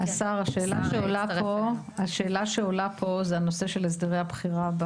השאלה שעולה פה זה הנושא של הסדרי הבחירה.